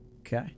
Okay